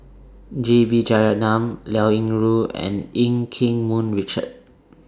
J B Jeyaretnam Liao Yingru and EU Keng Mun Richard